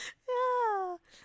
ya